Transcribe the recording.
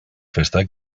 festa